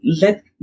let